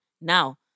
now